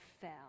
fell